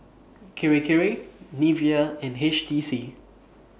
Kirei Kirei Nivea and H T C